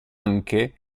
anche